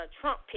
Trump